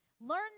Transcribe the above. Learn